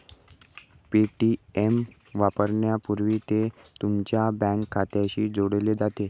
Paytm वापरण्यापूर्वी ते तुमच्या बँक खात्याशी जोडले जाते